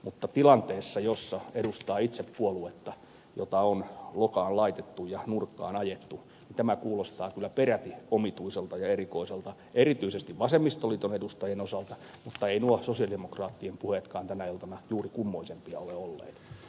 mutta tilanteessa jossa edustaa itse puoluetta jota on lokaan laitettu ja nurkkaan ajettu tämä kuulostaa kyllä peräti omituiselta ja erikoiselta erityisesti vasemmistoliiton edustajien osalta mutta eivät nuo sosialidemokraattien puheetkaan tänä iltana juuri kummoisempia ole olleet